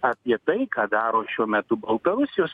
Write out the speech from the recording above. apie tai ką daro šiuo metu baltarusijos